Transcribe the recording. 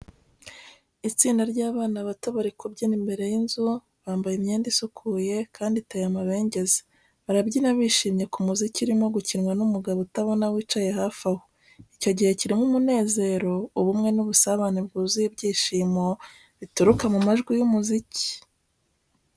Itsinda ry’abana bato bari kubyina imbere y’inzu, bambaye imyenda isukuye kandi iteye amabengeza. Barabyina bishimye ku muziki urimo gukinwa n’umugabo utabona wicaye hafi aho. Icyo gihe kirimo umunezero, ubumwe, n’ubusabane bwuzuye ibyishimo bituruka mu majwi y’umuziki.